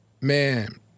man